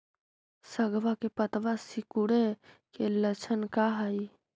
सगवा के पत्तवा सिकुड़े के लक्षण का हाई?